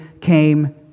came